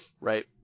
right